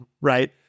right